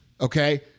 Okay